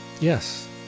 Yes